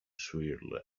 swirl